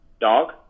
Dog